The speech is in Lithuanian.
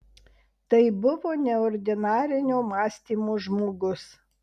tai buvo neordinarinio mąstymo žmogus